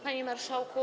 Panie Marszałku!